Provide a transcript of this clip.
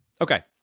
Okay